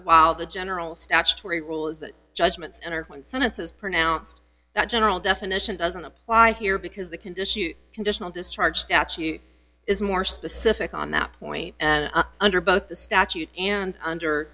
while the general statutory rule is that judgments and one sentence is pronounced that general definition doesn't apply here because the condition conditional discharge statute is more specific on that point and under both the statute and under